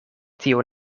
tio